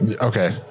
okay